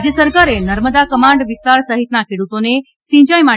રાજય સરકારે નર્મદા કમાન્ડ વિસ્તાર સહિતના ખેડુતોને સિંચાઇ માટે